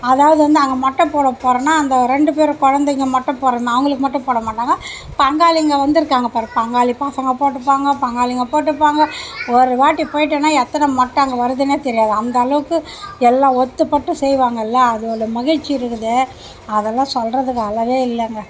அதாவது வந்து நாங்கள் மொட்டை போட போகிறோனா அந்த ரெண்டு பேரும் குழந்தைங்க மொட்டை போடுறானால் அவங்களுக்கு மட்டும் போடமாட்டாங்க பங்காளிங்க வந்திருக்காங்க பார் பங்காளி பசங்கள் போட்டுப்பாங்க பங்காளிங்கள் போட்டுப்பாங்க ஒரு வாட்டி போயிவிட்டோனா எத்தனை மொட்டை அங்கே வருதுன்னே தெரியாது அந்தளவுக்கு எல்லாம் ஒத்துப்பட்டு செய்வாங்கள்ல அதோட மகிழ்ச்சி இருக்குதே அதெல்லாம் சொல்கிறதுக்கு அளவே இல்லைங்க